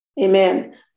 amen